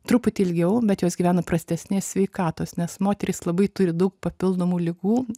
truputį ilgiau bet jos gyvena prastesnės sveikatos nes moterys labai turi daug papildomų ligų